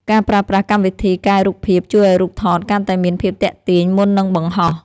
ការប្រើប្រាស់កម្មវិធីកែរូបភាព ជួយឱ្យរូបថតកាន់តែមានភាពទាក់ទាញមុននឹងបង្ហោះ។